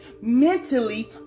mentally